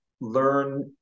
learn